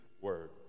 word